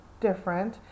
different